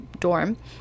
dorm